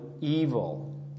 evil